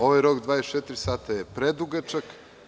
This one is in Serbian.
Ovaj rok od 24 sata je predugačak.